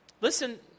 Listen